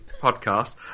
podcast